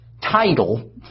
title